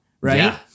right